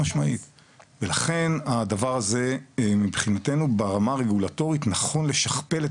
לכן הדבר הזה מבחנתנו ברמה הרגולטורית נכון לשכפל את